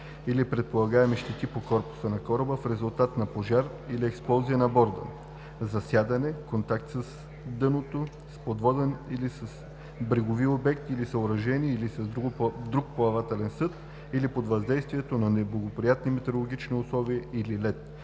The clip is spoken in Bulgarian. или предполагаеми щети по корпуса на кораба в резултат на пожар или експлозия на борда, засядане, контакт с дъното, с подводен или с брегови обект или съоръжение или с друг плавателен съд, или под въздействието на неблагоприятни метеорологични условия или лед,